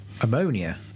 Ammonia